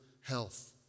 health